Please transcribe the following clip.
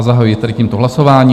Zahajuji tedy tímto hlasování.